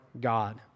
God